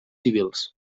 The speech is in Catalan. civils